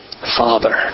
Father